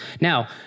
Now